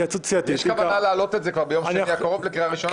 יש כוונה להעלות את זה כבר ביום שני הקרוב לקריאה ראשונה?